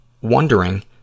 wondering